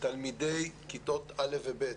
תלמידי כיתות א' ו-ב'